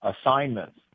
assignments